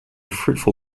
fruitful